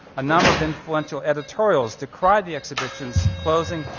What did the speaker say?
a number of influential editorials decried the exhibition's closing,